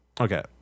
Okay